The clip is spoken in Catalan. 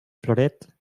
floret